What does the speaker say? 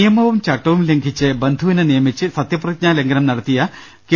നിയമവും ചട്ടവും ലംഘിച്ച് ബന്ധുവിനെ നിയമിച്ച് സത്യപ്രതിജ്ഞാ ലംഘനം നടത്തിയ കെ